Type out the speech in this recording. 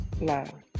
love